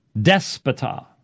Despota